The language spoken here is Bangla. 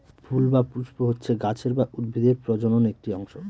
ফুল বা পুস্প হচ্ছে গাছের বা উদ্ভিদের প্রজনন একটি অংশ